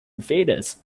theatres